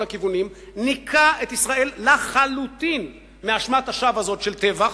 הכיוונים וניקה את ישראל לחלוטין מאשמת השווא הזאת של טבח.